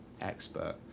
expert